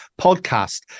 podcast